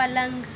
पलंग